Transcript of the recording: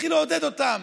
והתחיל לעודד אותם.